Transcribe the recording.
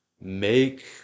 make